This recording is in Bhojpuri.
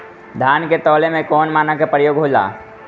धान के तौल में कवन मानक के प्रयोग हो ला?